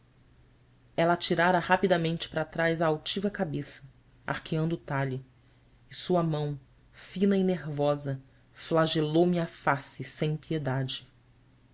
ela atirara rapidamente para trás a altiva cabeça arqueando o talhe e sua mão fina e nervosa flageloume a face sem piedade